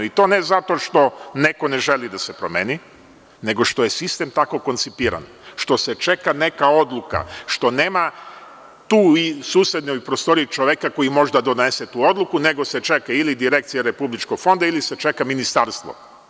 I to ne zato što neko ne želi da se promeni, nego što je sistem tako koncipiran, što se čeka neka odluka, što nema tu u susednoj prostoriji čoveka koji može da donese tu odluku, nego se čeka ili Direkcija Republičkog fonda ili se čeka Ministarstvo.